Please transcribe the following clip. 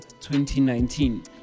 2019